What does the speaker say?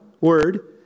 word